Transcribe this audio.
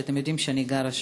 אתם יודעים שאני גרה שם.